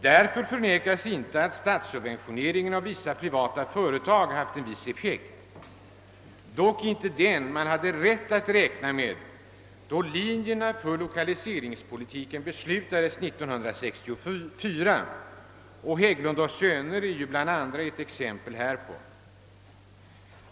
Därför förnekas inte att statssubventioneringen av en del privata företag haft viss effekt, dock inte den man hade rätt att räkna med då be slut om linjerna för lokaliseringspolitiken fattades år 1964. Hägglund & Söner är ett exempel härpå.